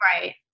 Right